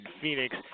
Phoenix